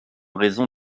raison